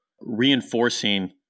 reinforcing